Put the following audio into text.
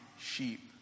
sheep